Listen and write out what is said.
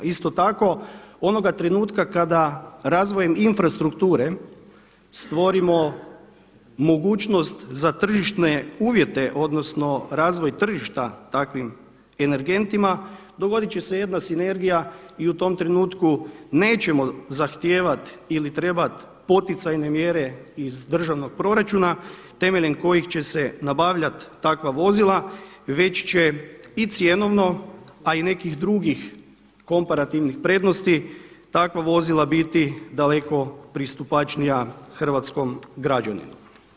Isto tako onoga trenutka kada razvojem infrastrukture stvorimo mogućnost za tržišne uvjete odnosno razvij tržišta takvim energentima dogoditi će se jedna sinergija i u tom trenutku nećemo zahtijevati ili trebati poticajne mjere iz državnog proračuna temeljem kojih će se nabavljati takva vozila već će i cjenovno a i nekih drugih komparativnih prednosti takva vozila biti daleko pristupačnija hrvatskom građaninu.